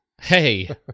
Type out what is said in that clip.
Hey